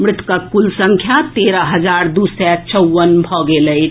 मृतकक कुल संख्या तेरह हजार दू सय चौवन भऽ गेल अछि